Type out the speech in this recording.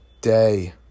day